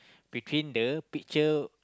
between the picture